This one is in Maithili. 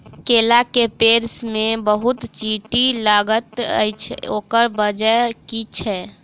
केला केँ पेड़ मे बहुत चींटी लागल अछि, ओकर बजय की छै?